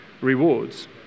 rewards